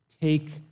take